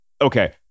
okay